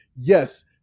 Yes